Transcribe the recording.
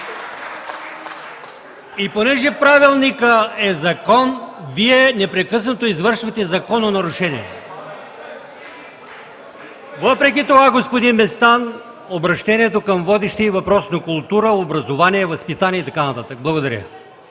Понеже правилникът е закон, Вие непрекъснато извършвате закононарушение. Въпреки това, господин Местан, обръщението към водещия е въпрос на култура, образование, възпитание и така нататък. Благодаря.